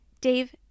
Dave